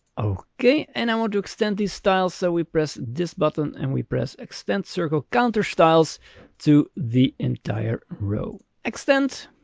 okay, and i want to extend this style. so we press this button and we press extend circle counter styles to the entire row. extent!